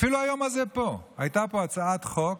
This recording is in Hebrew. אפילו היום הזה הייתה פה הצעת חוק